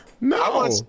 No